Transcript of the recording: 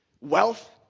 wealth